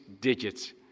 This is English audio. digits